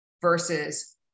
versus